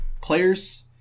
Players